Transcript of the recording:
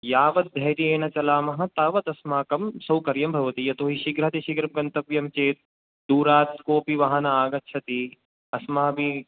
यावत् धैर्येण चलामः तावदस्माकं सौकर्यं भवति यतो हि शिघ्रातिशीघ्रं गन्तव्यं चेत् दूरात् कोऽपि वाहनम् आगच्छति अस्माभिः